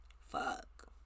Fuck